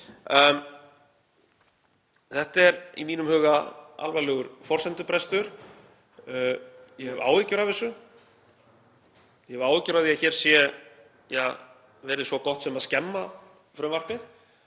Þetta er í mínum huga alvarlegur forsendubrestur. Ég hef áhyggjur af þessu. Ég hef áhyggjur af því að hér sé verið svo gott sem að skemma frumvarpið.